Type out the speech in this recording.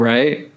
Right